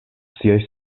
siaj